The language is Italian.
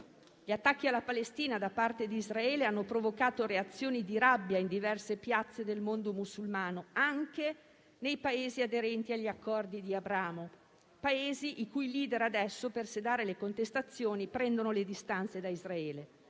Gli attacchi alla Palestina da parte di Israele hanno provocato reazioni di rabbia in diverse piazze del mondo musulmano, anche nei Paesi aderenti agli Accordi di Abramo, i cui *leader* adesso, per sedare le contestazioni, prendono le distanze da Israele,